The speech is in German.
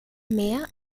mehr